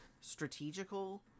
strategical